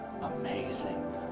amazing